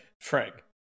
Frank